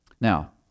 Now